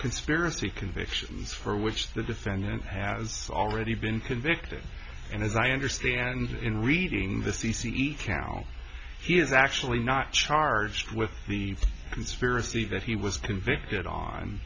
conspiracy convictions for which the defendant has already been convicted and as i understand in reading the c c each cow he is actually not charged with the conspiracy that he was convicted on